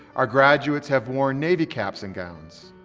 our graduates have worn navy caps and gowns.